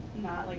not like